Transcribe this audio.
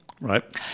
Right